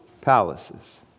palaces